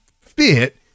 fit